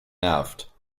nervt